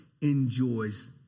enjoys